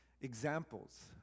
examples